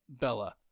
Bella